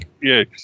Yes